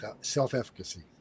self-efficacy